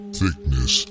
thickness